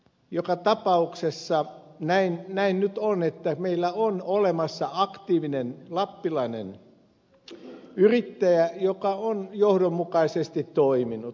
joka tapauksessa näin nyt on että meillä on olemassa aktiivinen lappilainen yrittäjä joka on johdonmukaisesti toiminut